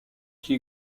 qui